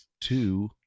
Two